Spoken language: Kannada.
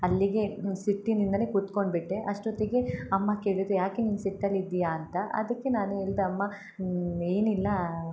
ಅಲ್ಲಿಗೆ ಸಿಟ್ಟಿನಿಂದನೇ ಕುತ್ಕೊಂಡು ಬಿಟ್ಟೆ ಅಷ್ಟೊತ್ತಿಗೆ ಅಮ್ಮ ಕೇಳಿದರು ಯಾಕೆ ನೀನು ಸಿಟ್ಟಲ್ಲಿ ಇದ್ದೀಯಾ ಅಂತ ಅದಕ್ಕೆ ನಾನು ಏಳ್ದೆ ಅಮ್ಮ ಏನಿಲ್ಲ